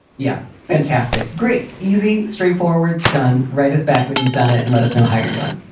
yeah, fantastic. great, easy, straightforward. done. write us back when you've done it and let us know how you're doing,